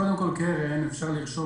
קרן, קודם כול, אפשר לרשום